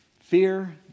Fear